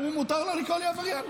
הוא, מותר לו לקרוא לי עבריין?